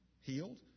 healed